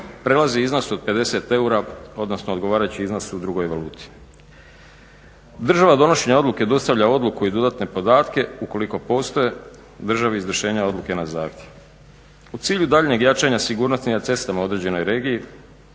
prelazi iznos od 50 eura odnosno odgovarajući iznos u drugoj valuti. Država donošenja odluke dostavlja odluku i dodatne podatke ukoliko postoje državi izvršenja odluke na zahtjev. U cilju daljnjeg jačanja sigurnosti na cestama određenoj regiji,